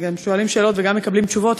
גם שואלים שאלות וגם מקבלים תשובות.